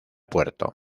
puerto